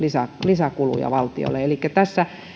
lisäkuluja valtiolle valtiovarainministeri orpo myönsi sen elikkä